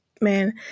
man